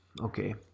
Okay